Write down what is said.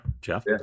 Jeff